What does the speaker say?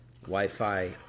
Wi-Fi